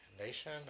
nation